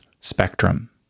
spectrum